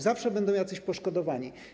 Zawsze będą jacyś poszkodowani.